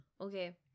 Okay